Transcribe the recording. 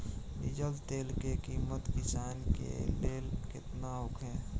Diesel तेल के किमत किसान के लेल केतना होखे?